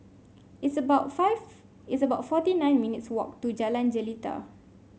it's about five it's about forty nine minutes' walk to Jalan Jelita